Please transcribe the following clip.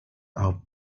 are